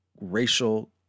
racial